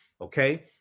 Okay